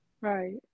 Right